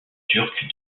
turcs